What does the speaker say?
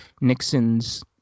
nixon's